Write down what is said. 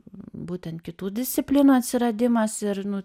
būtent kitų disciplinų atsiradimas ir nu